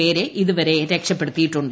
പേരെ ഇതുവരെ രക്ഷപ്പെടുത്തിയിട്ടുണ്ട്